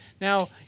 Now